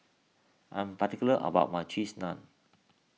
I am particular about my Cheese Naan